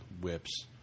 whips